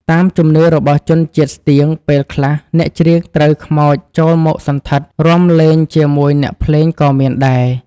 តាមជំនឿរបស់ជនជាតិស្ទៀងពេលខ្លះអ្នកច្រៀងត្រូវខ្មោចចូលមកសណ្ឋិត រាំលេងជាមួយអ្នកភ្លេងក៏មានដែរ។